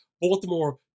baltimore